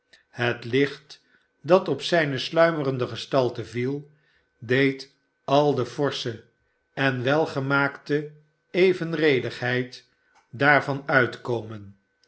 het licht dat op zijne slmmerende gestalte viel deed al de forsche en welgemaakte evenredigheid daarvan uitkomen